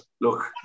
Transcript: look